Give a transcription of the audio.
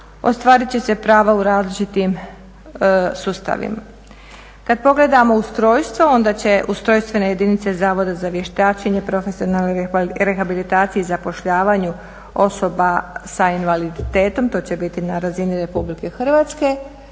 ostvarit će se prava u različitim sustavima. Kad pogledamo ustrojstvo onda će ustrojstvene jedinice Zavoda za vještačenje, profesionalnoj rehabilitaciju i zapošljavanju osoba sa invaliditetom, to će biti na razini Republike Hrvatske,